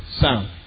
sound